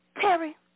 Terry